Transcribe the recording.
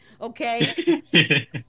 okay